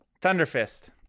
Thunderfist